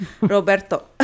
roberto